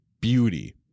beauty